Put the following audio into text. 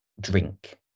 drink